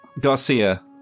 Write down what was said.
Garcia